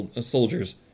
soldiers